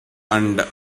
and